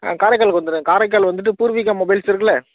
ஆ காரைக்காலுக்கு வந்திடுங்க காரைக்கால் வந்திட்டு பூர்விகா மொபைல்ஸ் இருக்கில்ல